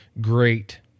great